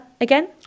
again